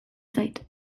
zait